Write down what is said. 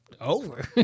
Over